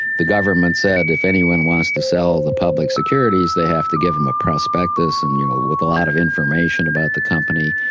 the government said if anyone wants to sell the public securities, they have to give them a prospectus and you know, with a lot of information about the company,